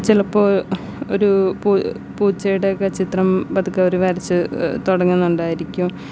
ചിലപ്പോൾ ഒരു പൂ പൂച്ചയുടെ അടക്കം ചിത്രം പതുക്കെ അവർ വരച്ചു തുടങ്ങുന്നുണ്ടായിരിക്കും